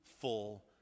full